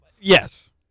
yes